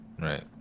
right